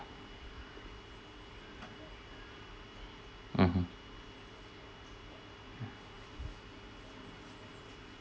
mmhmm